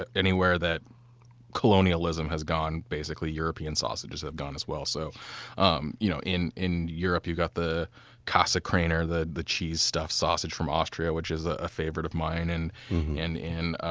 anywhere that colonialism has gone basically, european sausages have gone as well so um you know in in europe you've got the kasekrainer, the the cheese-stuffed sausage from austria, which is ah a favorite of mine. and in in